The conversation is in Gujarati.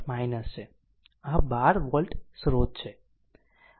આ છે આ 12 વોલ્ટ સ્રોત છે